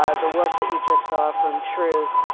ah the work that you just saw from truth,